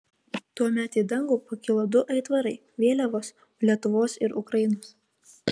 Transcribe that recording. tuomet į dangų pakilo du aitvarai vėliavos lietuvos ir ukrainos